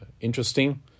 interesting